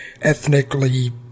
ethnically